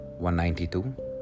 192